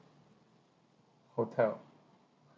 hotel